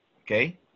Okay